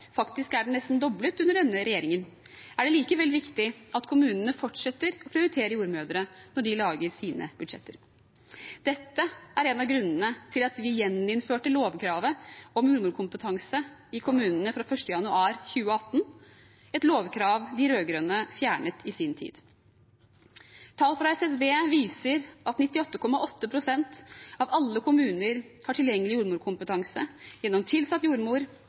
faktisk er den nesten doblet under denne regjeringen, er det likevel viktig at kommunene fortsetter å prioritere jordmødre når de lager sine budsjetter. Dette er en av grunnene til at vi gjeninnførte lovkravet om jordmorkompetanse i kommunene fra 1. januar 2018, et lovkrav de rød-grønne fjernet i sin tid. Tall fra SSB viser at 98,8 pst. av alle kommuner har tilgjengelig jordmorkompetanse gjennom tilsatt jordmor,